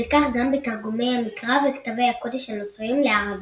וכך גם בתרגומי המקרא וכתבי הקודש הנוצריים לערבית.